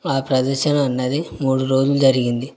ఆ ప్రదర్శన అన్నది మూడు రోజులు జరిగింది